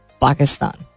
Pakistan